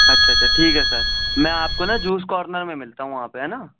اچھا اچھا اچھا ٹھیک ہے سر میں آپ کو نا جوس کارنر میں ملتا ہوں وہاں پہ ہے نا